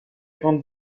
grande